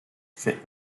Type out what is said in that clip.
fit